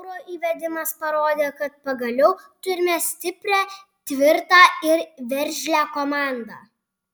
euro įvedimas parodė kad pagaliau turime stiprią tvirtą ir veržlią komandą